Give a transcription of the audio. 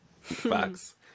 facts